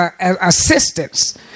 assistance